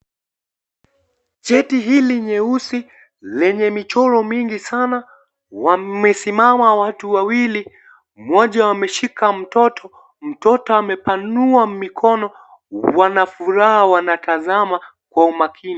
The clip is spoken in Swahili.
Cheti hili nyeusi, lenye michoro mingi sana; wamesimama watu wawili, mmoja ameshika mtoto, mtoto amepanua mikono. Wana furaha, wanatama kwa umakini.